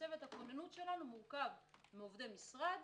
שצוות הכוננות שלנו מורכב מעובדי משרד